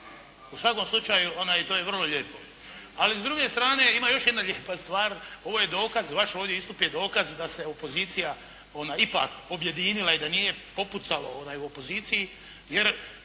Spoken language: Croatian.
U svakom slučaju to je vrlo lijepo. Ali s druge strane ima još jedna lijepa stvar. Ovo je dokaz, vaš ovdje istup je dokaz da se opozicija ipak objedinila i da nije popucalo u opoziciji, jer